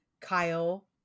Kyle